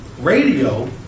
Radio